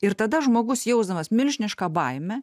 ir tada žmogus jausdamas milžinišką baimę